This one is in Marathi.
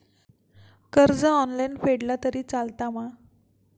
कर्ज ऑनलाइन फेडला तरी चलता मा?